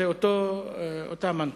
זו אותה מנטרה,